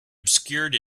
obscured